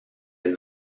and